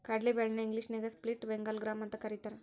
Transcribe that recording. ಕಡ್ಲಿ ಬ್ಯಾಳಿ ನ ಇಂಗ್ಲೇಷನ್ಯಾಗ ಸ್ಪ್ಲಿಟ್ ಬೆಂಗಾಳ್ ಗ್ರಾಂ ಅಂತಕರೇತಾರ